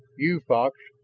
you, fox,